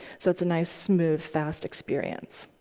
so it's a nice smooth, fast experience.